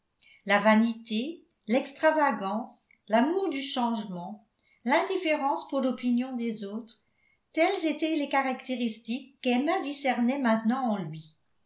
la vanité l'extravagance l'amour du changement l'indifférence pour l'opinion des autres tels étaient les caractéristiques qu'emma discernait maintenant en lui